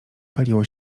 paliło